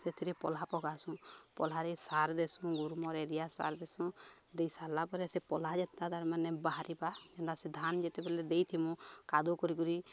ସେଥିରେ ପୋଲ୍ହା ପକାସୁଁ ପୋଲ୍ହାରେ ସାର୍ ଦେସୁଁ ଗ୍ରୁମର୍ ୟୁରିଆ ସାର୍ ଦେସୁଁ ଦେଇ ସାରିଲା ପରେ ସେ ପୋଲ୍ହାରେ ଯେତା ତାର ମାନେ ବାହାରିବା ଯେନ୍ତା ସେ ଧାନ ଯେତେବେଳେ ଦେଇକି ମୁଁ କାଦୁଅ କରିକରି